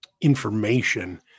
information